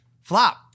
flop